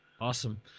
Awesome